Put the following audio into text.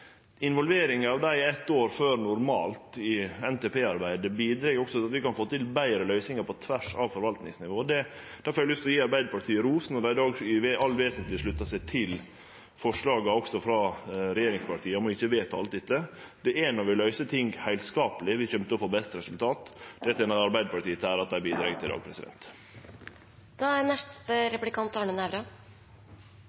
Involveringa av dei eitt år før normalt i NTP-arbeidet, bidreg òg til at vi kan få til betre løysingar på tvers av forvaltingsnivået. Difor har eg lyst til å gje Arbeidarpartiet ros når dei i dag i det alt vesentlege sluttar seg til forslaget frå regjeringspartia om ikkje å vedta alt dette. Det er når vi løyser ting heilskapleg vi får best resultat. Det tener Arbeidarpartiet til ære at dei bidreg til det i dag. Sjølsagt er